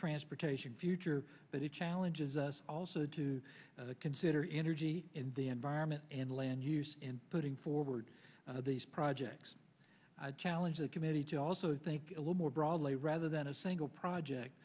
transportation future but it challenges us also to consider energy and the environment and land use in putting forward these projects challenge the committee to also think a little more broadly rather than a single project